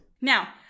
Now